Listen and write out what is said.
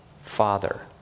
Father